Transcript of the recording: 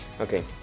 Okay